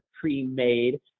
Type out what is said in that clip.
pre-made